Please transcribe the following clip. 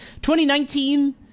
2019